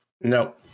No